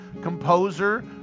composer